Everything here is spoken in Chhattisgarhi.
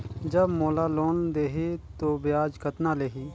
जब मोला लोन देही तो ब्याज कतना लेही?